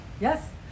yes